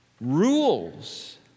rules